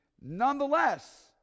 Nonetheless